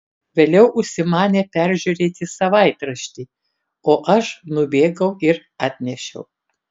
vėliau užsimanė peržiūrėti savaitraštį o aš nubėgau ir atnešiau